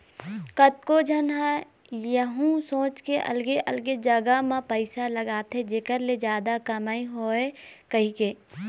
कतको झन ह यहूँ सोच के अलगे अलगे जगा म पइसा लगाथे जेखर ले जादा कमई होवय कहिके